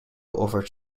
offered